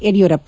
Yediyurappa